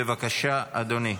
בבקשה, אדוני,